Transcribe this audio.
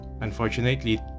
Unfortunately